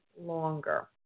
longer